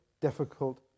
difficult